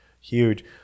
Huge